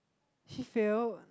she failed